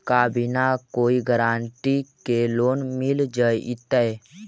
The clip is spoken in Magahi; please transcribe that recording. का बिना कोई गारंटी के लोन मिल जीईतै?